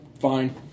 fine